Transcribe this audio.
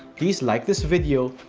please like this video,